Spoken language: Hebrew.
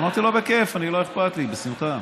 אמרתי לו: בכיף, לא אכפת לי, בשמחה.